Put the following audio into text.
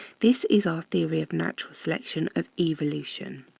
this is our theory of natural selection of evolution,